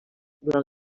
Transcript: durant